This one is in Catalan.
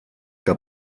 que